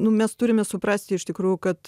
nu mes turime suprasti iš tikrųjų kad